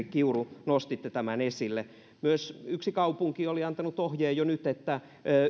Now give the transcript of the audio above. kiuru nostitte tämän esille yksi kaupunki oli myös antanut ohjeen jo nyt että